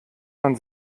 man